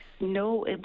No